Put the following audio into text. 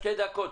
שתי דקות,